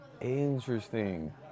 Interesting